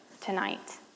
tonight